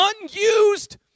unused